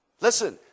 Listen